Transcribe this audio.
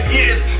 years